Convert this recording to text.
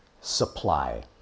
supply